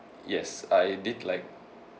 yes I did like